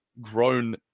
grown